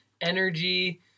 energy